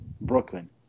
Brooklyn